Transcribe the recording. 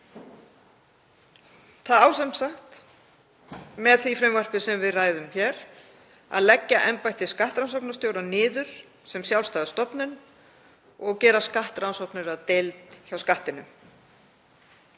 Það á sem sagt, með því frumvarpi sem við ræðum hér, að leggja embætti skattrannsóknarstjóra niður sem sjálfstæða stofnun og gera skattrannsóknir að deild hjá Skattinum.